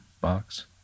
box